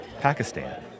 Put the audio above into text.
Pakistan